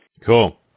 Cool